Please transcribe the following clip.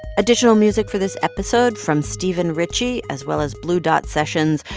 additional music for this episode from steven ritchie, as well as blue dot sessions.